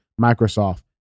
Microsoft